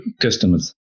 customers